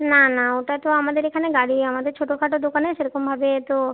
না না ওটা তো আমাদের এখানে গাড়ি আমাদের ছোটখাটো দোকানে সেরকমভাবে তো